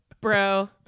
bro